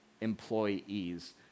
employees